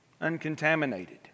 uncontaminated